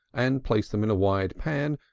and place them in a wide pan,